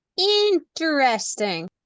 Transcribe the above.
interesting